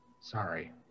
Sorry